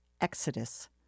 Exodus